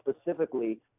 specifically